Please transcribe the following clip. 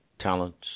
talents